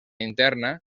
interna